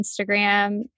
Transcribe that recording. Instagram